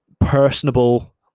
personable